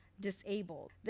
disabled